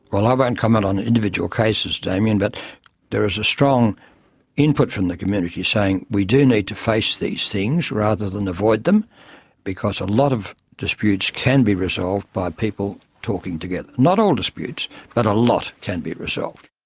well, i won't comment on individual cases, damien, but there is a strong input from the community saying we do need to face these things rather than avoid them because a lot of disputes can be resolved by people talking together. not all disputes, but a lot can be resolved.